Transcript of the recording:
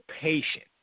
patient